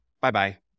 bye-bye